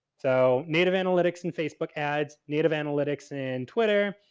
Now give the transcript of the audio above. so, native analytics and facebook ads, native analytics and twitter,